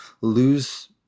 lose